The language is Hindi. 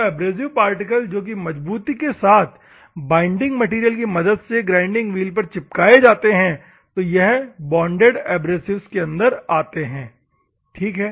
तो एब्रसिव पार्टिकल्स जो की मजबूती के साथ बाइंडिंग मैटेरियल की मदद से ग्राइंडिंग व्हील पर चिपकाये जाते हैं तो यह बॉन्डेड एब्रसिव्स के अंतर्गत आते हैं ठीक है